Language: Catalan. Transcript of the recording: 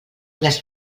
les